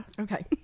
okay